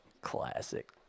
Classic